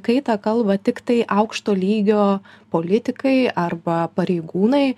kaitą kalba tiktai aukšto lygio politikai arba pareigūnai